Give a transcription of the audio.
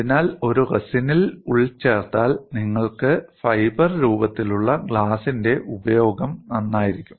അതിനാൽ ഒരു റെസിനിൽ ഉൾച്ചേർത്താൽ നിങ്ങൾക്ക് ഫൈബർ രൂപത്തിലുള്ള ഗ്ലാസിന്റെ ഉപയോഗം നന്നായിരിക്കും